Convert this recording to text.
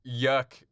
Yuck